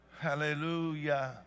Hallelujah